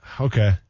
Okay